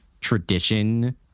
tradition